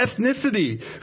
ethnicity